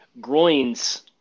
groins